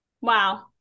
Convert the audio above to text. wow